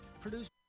produced